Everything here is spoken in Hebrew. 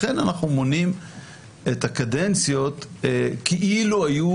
לכן אנחנו מונים את הקדנציות כאילו היו